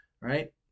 right